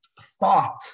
thought